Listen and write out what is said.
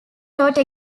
wrote